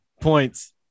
points